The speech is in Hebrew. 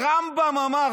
הרמב"ם אמר.